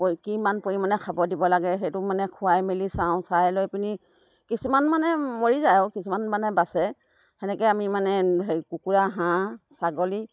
কিমান পৰিমাণে খাব দিব লাগে সেইটো মানে খোৱাই মেলি চাওঁ চাই লৈ পিনি কিছুমান মানে মৰি যায় আৰু কিছুমান মানে বাচে সেনেকৈ আমি মানে হেৰি কুকুৰা হাঁহ ছাগলী